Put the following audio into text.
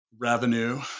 revenue